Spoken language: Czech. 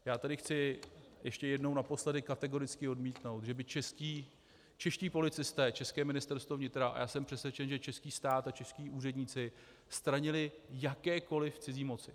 Já tady chci ještě jednou, naposledy kategoricky odmítnout, že by čeští policisté, české Ministerstvo vnitra, a já jsem přesvědčen, že český stát a čeští úředníci, stranili jakékoli cizí moci.